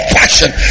passion